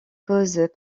causes